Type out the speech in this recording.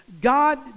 God